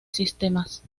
sistemas